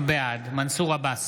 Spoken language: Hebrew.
בעד מנסור עבאס,